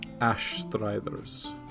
ash-striders